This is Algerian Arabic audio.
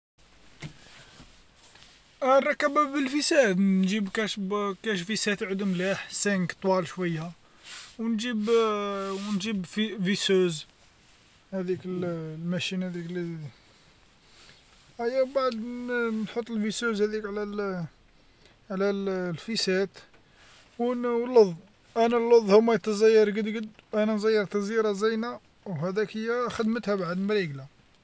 أنركب بلفيسان نجيب كاش ب كاش فيسان يكنون ملاح سانك طوال شوية ونجيب ونجيب ف- ثاقب هاذيك الماشينة، أيا بعد ن- نحط الثاقب ذيك على على الفيسات ون ونلض أنا نلضهم وهما يتزير قد قد أنا نزير تزيارة زينة وهاذيك هيا خدمتها مريقلة.